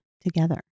together